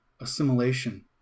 Assimilation